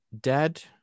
Dead